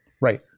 Right